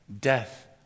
death